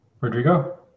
Rodrigo